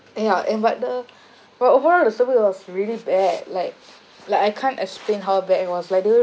and ya and but the but overall the service was really bad like like I can't explain how bad it was where they were